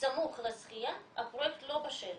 סמוך לזכייה הפרויקט לא בשל.